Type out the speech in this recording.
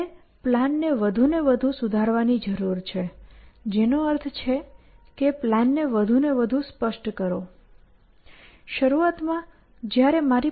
મારે પ્લાનને વધુને વધુ સુધારવાની જરૂર છે જેનો અર્થ છે કે પ્લાનને વધુને વધુ સ્પષ્ટ કરો